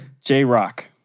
J-Rock